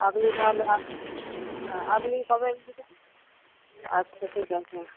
আপনি তাহলে আ আপনি কবে নেবেন আচ্ছা ঠিক আছে